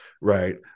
right